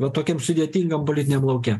va tokiam sudėtingam politiniam lauke